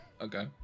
Okay